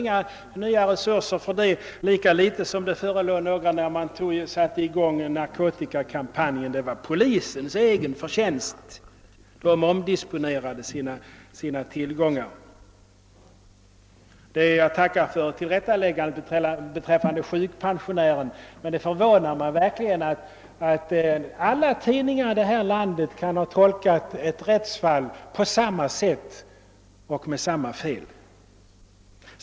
Inga nya resurser föreligger lika litet som det förelåg några när polisen satte i gång narkotikakampanjen. Den var polisens egen förtjänst. Den omdisponerade sina tillgångar. Jag tackar för tillrättaläggandet beträffande sjukpensionären, men det förvånar mig verkligen att alla tidningar i detta land kan ha tolkat ett rättsfall på samma sätt och med samma fel.